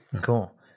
Cool